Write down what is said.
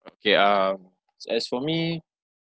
okay um s~ as for me